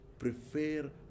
Prefer